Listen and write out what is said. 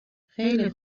خیلی